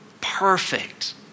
perfect